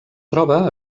troba